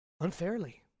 unfairly